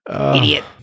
Idiot